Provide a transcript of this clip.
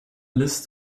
list